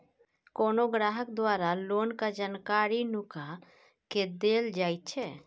कोनो ग्राहक द्वारा लोनक जानकारी नुका केँ देल जाएत छै